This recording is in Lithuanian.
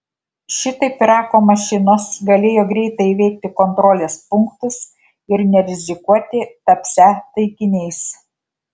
šitaip irako mašinos galėjo greitai įveikti kontrolės punktus ir nerizikuoti tapsią taikiniais